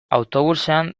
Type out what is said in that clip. autobusean